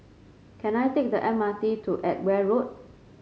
can I take the M R T to Edgware Road